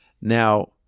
Now